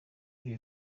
ibihe